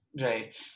Right